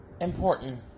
Important